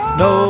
no